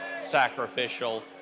sacrificial